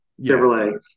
chevrolet